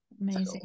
Amazing